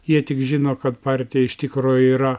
jie tik žino kad partija iš tikro yra